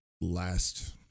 Last